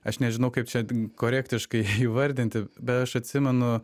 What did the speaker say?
aš nežinau kaip čia korektiškai įvardinti bet aš atsimenu